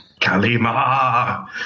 Kalima